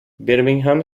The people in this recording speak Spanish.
birmingham